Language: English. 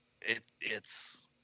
it—it's